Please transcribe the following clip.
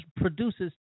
produces